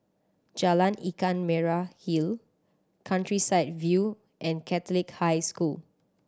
Jalan Ikan Merah Hill Countryside View and Catholic High School